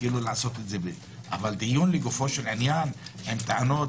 לעשות את זה אבל דיון לגופו של עניין עם טענות,